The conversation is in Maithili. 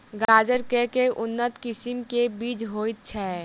गाजर केँ के उन्नत किसिम केँ बीज होइ छैय?